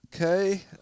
Okay